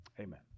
Amen